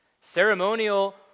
ceremonial